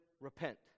repent